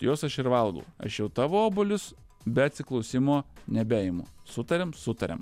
juos aš ir valgau aš jau tavo obuolius be atsiklausimo nebeimu sutariam sutariam